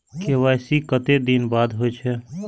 KYC कतेक दिन बाद होई छै?